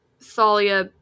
Thalia